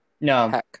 No